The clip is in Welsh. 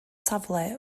safle